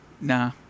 Nah